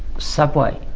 subway,